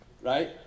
Right